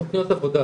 תכניות עבודה.